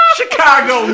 Chicago